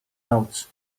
out